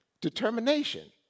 determination